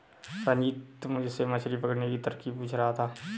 रंजित मुझसे मछली पकड़ने की तरकीब पूछ रहा था